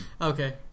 Okay